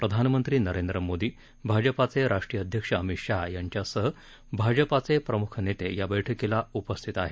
प्रधानमंत्री नरेंद्र मोदी भाजपाचे राष्ट्रीय अध्यक्ष अमित शहा यांच्यासह भाजपाचे प्रमुख नेते या बैठकीला उपस्थित आहेत